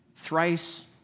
Thrice